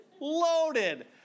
Loaded